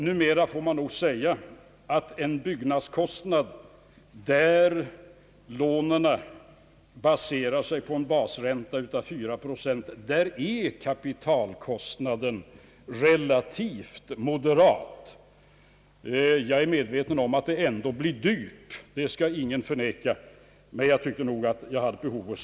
Numera får man nog säga att en byggnadskostnad som grundar sig på en basränta av 4 procent ger en relativt moderat kapitalkostnad. Ingen skall förneka att byggnadskostnaderna ändå är höga.